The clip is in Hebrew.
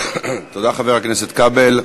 תודה, חבר הכנסת כבל.